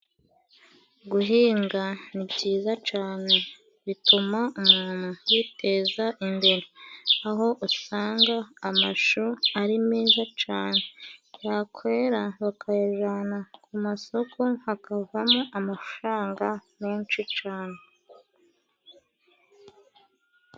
Guhinga ni byiza cane bituma umuntu yiteza imbere, aho usanga amashu ari meza cane yakwera bakayajana ku masoko hakavamo amafaranga menshi cane.